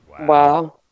Wow